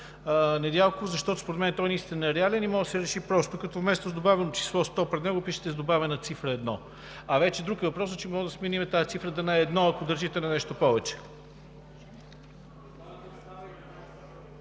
Недялков. Според мен той наистина е реален и може да се реши просто, като вместо „с добавено число 100 пред него“ пишете „с добавена цифра едно“. А вече друг е въпросът, че може да сменим тази цифра да не е едно, ако държите на нещо повече.